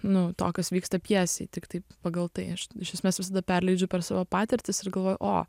nu to kas vyksta pjesėj tiktai pagal tai aš iš esmės visada perleidžiu per savo patirtis ir galvoju o